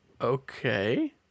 Okay